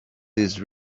this